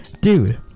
dude